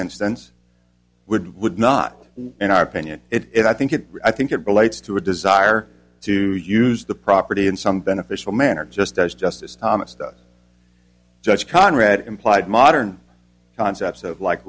instance would would not in our opinion it i think it i think it relates to a desire to use the property in some beneficial manner just as justice thomas does judge conrad implied modern concepts of like